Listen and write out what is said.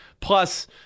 Plus